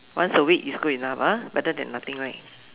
once a week is good enough ah better than nothing right